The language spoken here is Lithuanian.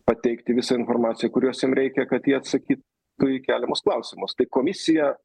pateikti visą informaciją kurios jie reikia kad jie atsakytų į keliamus klausimus tai komisija